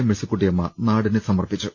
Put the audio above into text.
മേഴ്സിക്കുട്ടിയമ്മ നാടിന് സമർപ്പിച്ചു